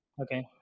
okay